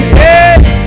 yes